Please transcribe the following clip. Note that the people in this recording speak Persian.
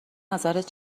نظرت